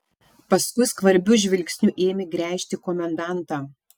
paskui skvarbiu žvilgsniu ėmė gręžti komendantą